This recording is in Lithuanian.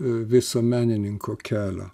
visuomenininko kelio